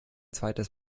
zweites